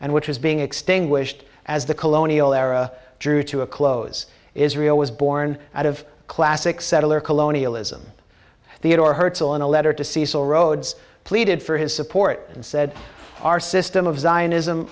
and which was being extinguished as the colonial era drew to a close israel was born out of a classic settler colonialism the it or hurtful in a letter to cecil rhodes pleaded for his support and said our system of zionism